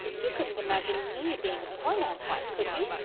you couldn't imagine me being a poor man's wife, could you?